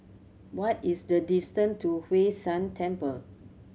what is the distant to Hwee San Temple